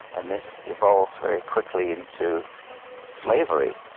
and this evolves very quickly into slavery.